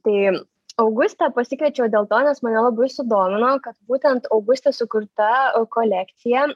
tai augustę pasikviečiau dėl to nes mane labai sudomino kad būtent augustės sukurta kolekcija